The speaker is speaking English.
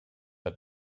but